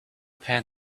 pan